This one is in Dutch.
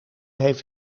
heeft